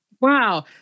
Wow